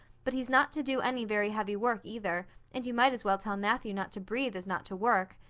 but he's not to do any very heavy work either and you might as well tell matthew not to breathe as not to work.